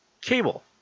Cable